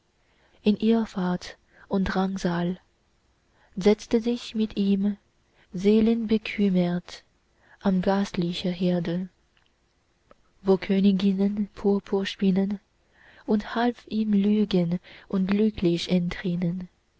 in irrfahrt und drangsal setzte sich mit ihm seelenbekümmert an gastliche herde wo königinnen purpur spinnen und half ihm lügen und